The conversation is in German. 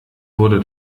wurde